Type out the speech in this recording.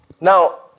Now